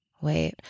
Wait